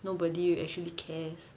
nobody actually cares